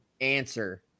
answer